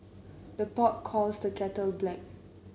the pot calls the kettle black